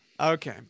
Okay